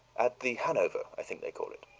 at the hanover, i think they call it.